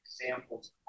examples